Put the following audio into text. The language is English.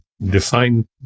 define